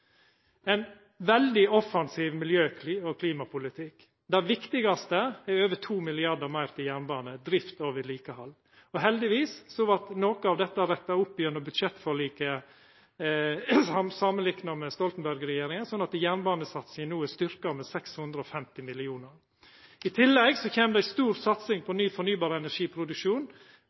Ein veldig offensiv miljø- og klimapolitikk: Det viktigaste er over 2 mrd. kr meir til jernbane, drift og vedlikehald. Heldigvis var noko av dette retta opp gjennom budsjettforliket samanlikna med Stoltenberg-regjeringa sitt forslag, slik at jernbanesatsinga no er styrkt med 650 mill. kr. I tillegg kjem det ei stor satsing på ny fornybar energiproduksjon,